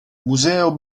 museo